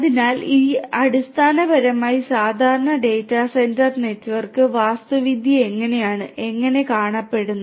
അതിനാൽ ഇത് അടിസ്ഥാനപരമായി സാധാരണ ഡാറ്റാ സെന്റർ നെറ്റ്വർക്ക് വാസ്തുവിദ്യ എങ്ങനെയാണ് എങ്ങനെ കാണപ്പെടുന്നു